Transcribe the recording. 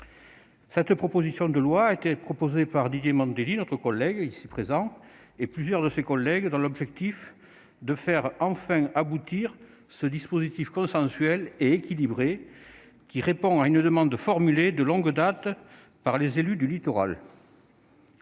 présente proposition de loi a été déposée par Didier Mandelli et plusieurs de ses collègues dans l'objectif de faire enfin aboutir ce dispositif consensuel et équilibré, qui répond à une demande formulée de longue date par les élus du littoral.